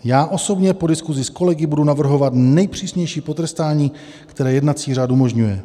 Já osobně po diskuzi s kolegy budu navrhovat nejpřísnější potrestání, které jednací řád umožňuje.